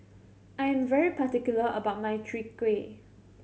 I am very particular about my Chwee Kueh